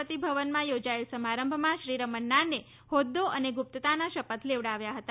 પતિ ભવનમાં યોજાયેલા સમારંભમાં શ્રી રામણાને હોદ્દો અને ગુપ્તતાના શપથ લેવડાવ્યા હતા